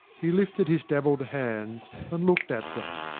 he lifted his dabbled hands, and looked at them,